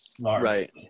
Right